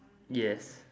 yes